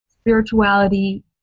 spirituality